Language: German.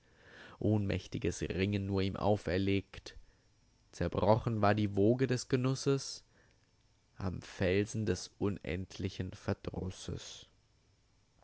ohnmächtiges ringen nur ihm auferlegt zerbrochen war die woge des genusses am felsen des unendlichen verdrusses